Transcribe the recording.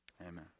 Amen